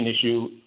issue